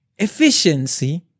Efficiency